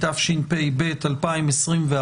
התשפ"ב-2021,